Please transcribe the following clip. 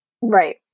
Right